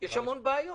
יש המון בעיות.